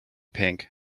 pink